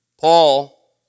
Paul